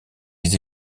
des